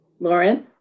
Lauren